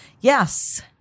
Yes